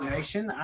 Nation